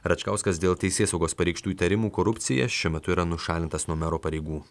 račkauskas dėl teisėsaugos pareikštų įtarimų korupcija šiuo metu yra nušalintas nuo mero pareigų